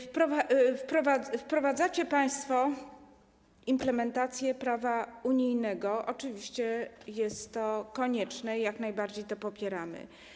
Wprowadzacie państwo implementację prawa unijnego - oczywiście jest to konieczne i jak najbardziej to popieramy.